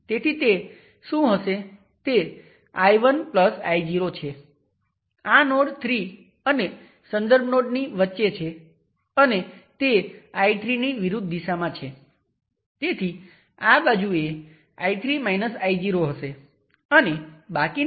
તેથી આપણી પાસે Rth એ 0 Ω છે તેથી આ 0 Ω છે